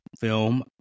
film